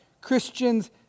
Christians